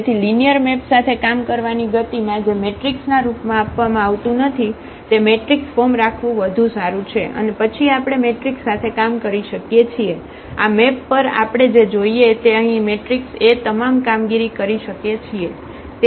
તેથી linear map સાથે કામ કરવાની ગતિમાં જે મેટ્રિક્સના રૂપમાં આપવામાં આવતું નથી તે મેટ્રિક્સ ફોર્મ રાખવું વધુ સારું છે અને પછી આપણે મેટ્રિક્સ સાથે કામ કરી શકીએ છીએ આ મેપ પર આપણે જે જોઈએ તે અહીં મેટ્રિક્સ A તમામ કામગીરી કરી શકીએ છીએ